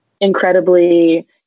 incredibly